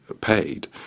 paid